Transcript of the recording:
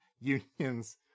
unions